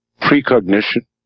precognition